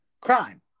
Crime